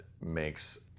makes